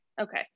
Okay